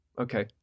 Okay